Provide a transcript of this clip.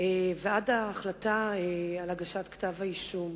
ועד ההחלטה על כתב האישום.